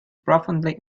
profoundly